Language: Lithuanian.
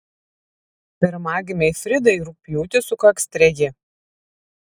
pirmagimei fridai rugpjūtį sukaks treji